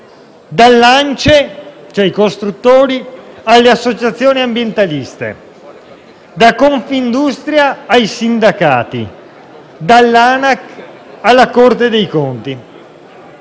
dall'ANCE, cioè i costruttori, alle associazioni ambientaliste, da Confindustria ai sindacati, dall'ANAC alla Corte dei conti.